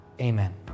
Amen